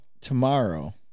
Tomorrow